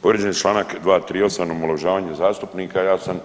Povrijeđen je Članak 238. omalovažavanje zastupnika, ja sam